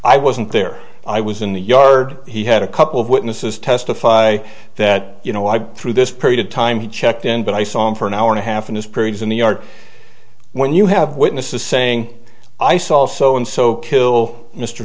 i wasn't there i was in the yard he had a couple of witnesses testify that you know i through this period of time he checked in but i saw him for an hour and a half in his periods in the yard when you have witnesses saying i saw also and so kill mr